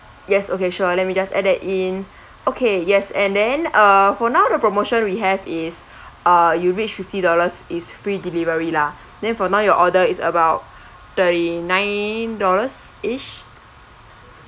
yes okay sure let me just add that in okay yes and then uh for now the promotion we have is uh you reach fifty dollars is free delivery lah then for now your order is about thirty nine dollars each